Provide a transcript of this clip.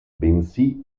bensì